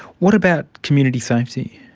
what about community safety?